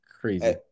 crazy